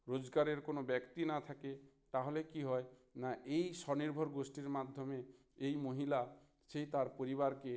রোজগারের কোনো ব্যক্তি না থাকে তাহলে কী হয় না এই স্বনির্ভর গোষ্ঠীর মাধ্যমে এই মহিলা সেই তার পরিবারকে